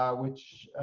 um which